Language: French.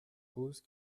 pose